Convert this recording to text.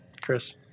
chris